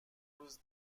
روز